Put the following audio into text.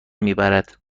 میبرد